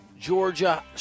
Georgia